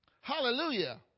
Hallelujah